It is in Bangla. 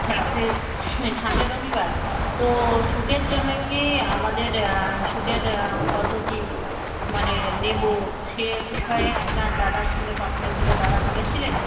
সামনের সামনের রবিবার তো শ্যুটের জন্যে কি আমাদের শ্যুটের কতো কী মানে নেবো সে বিষয়ে আপনার দাদার সঙ্গে কথা হয়েছিলো দাদা বলেছিলেন